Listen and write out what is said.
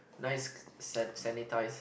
nice san~ sanitised